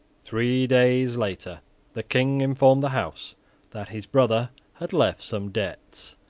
three days later the king informed the house that his brother had left some debts,